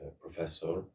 professor